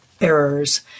errors